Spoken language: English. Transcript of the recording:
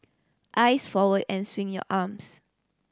eyes forward and swing your arms